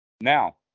Now